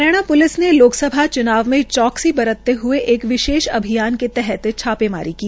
Haryana police ने लोकसभा चुनाव में चौक्सी बतरते हये एक विशेष अभियान के तहत छापेमारी की